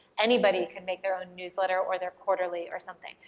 anybody could make their own newsletter or their quarterly or something.